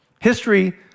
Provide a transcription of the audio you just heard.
History